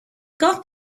got